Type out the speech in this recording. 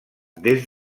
des